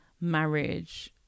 marriage